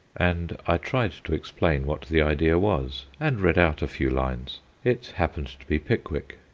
and i tried to explain what the idea was, and read out a few lines it happened to be pickwick.